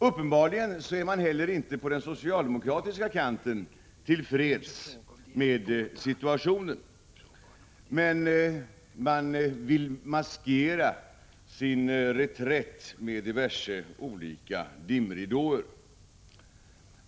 Uppenbarligen är man inte heller på den socialdemokratiska kanten till freds med situationen. Men man vill maskera sin reträtt med diverse dimridåer.